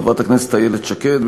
חברת הכנסת איילת שקד.